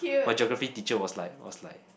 my Geography teacher was like was like